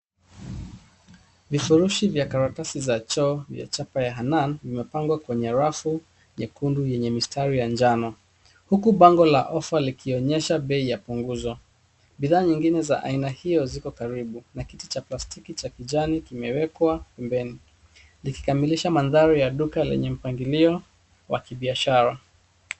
Vifurushi vya karatasi za choo vya chapa ya Hannan vimepangwa kwenye rafu nyekundu yenye mistari ya njano huku bango la offer likionyesha bei la punguzo. Bidhaa nyingine za aina hiyo ziko karibu na kiti cha plastiki cha kijani kimewekwa pembeni, likikamilisha mandhari ya duka lenye mpangilio wa kibiashara.